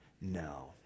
No